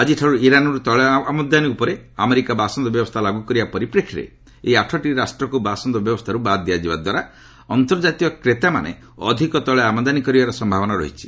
ଆକ୍ଟିଠାରୁ ଇରାନ୍ରୁ ତେିଳ ଆମଦାନି ଉପରେ ଆମେରିକା ବାସନ୍ଦ ବ୍ୟବସ୍ଥା ଲାଗୁ କରିବା ପରିପ୍ରେକ୍ଷୀରେ ଏଇ ଆଠଟି ରାଷ୍ଟ୍ରକୁ ବାସନ୍ଦ ବ୍ୟବସ୍ଥାରୁ ବାଦ୍ ଦିଆଯିବା ଦ୍ୱାରା ଅନ୍ତର୍ଜାତୀୟ କ୍ରେତାମାନେ ଅଧିକ ତୈଳ ଆମଦାନୀ କରିବାର ସମ୍ଭାବନା ରହିଛି